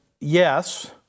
yes